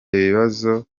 ibibazo